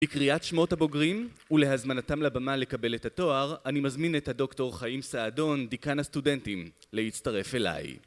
לקריאת שמות הבוגרים, ולהזמנתם לבמה לקבל את התואר, אני מזמין את הדוקטור חיים סעדון, דיקן הסטודנטים, להצטרף אליי.